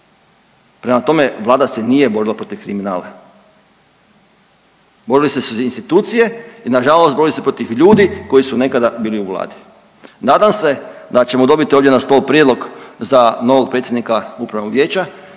prema tome vlada se nije borila protiv kriminala. Borile su se institucije i nažalost bore se protiv ljudi koji su nekada bili u vladi. Nadam se da ćemo dobiti ovdje na stol prijedlog za novog predsjednika upravnog vijeća